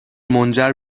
منجر